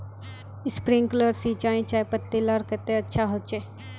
Sprinkler सिंचाई चयपत्ति लार केते अच्छा होचए?